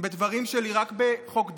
בדברים שלי רק בחוק דרעי.